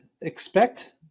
expect